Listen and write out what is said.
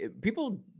people